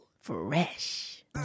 fresh